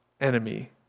enemy